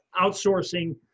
outsourcing